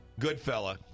Goodfella